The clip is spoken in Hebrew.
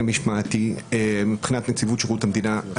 המשמעתי מבחינת נציבות שירות המדינה.